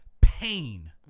pain